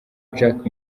jack